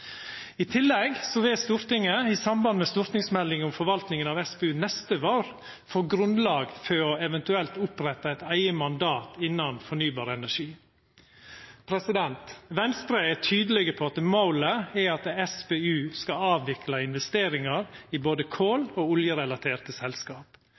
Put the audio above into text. I tillegg vil Stortinget, i samband med stortingsmeldinga om forvaltinga av SPU neste vår, få grunnlag for eventuelt å oppretta eit eige mandat innan fornybar energi. Venstre er tydeleg på at målet er at SPU skal avvikla investeringar i både